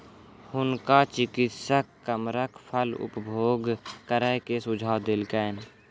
हुनका चिकित्सक कमरख फल उपभोग करै के सुझाव देलकैन